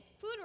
food